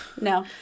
No